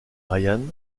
ryan